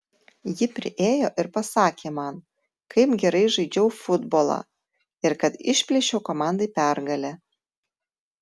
ji priėjo ir pasakė man kaip gerai žaidžiau futbolą ir kad išplėšiau komandai pergalę